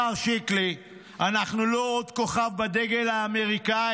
השר שיקלי: "אנחנו לא עוד כוכב בדגל האמריקאי".